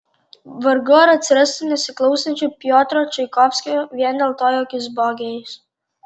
vargu ar atsirastų nesiklausančių piotro čaikovskio vien dėl to jog jis buvo gėjus